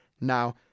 Now